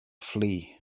flee